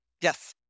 Yes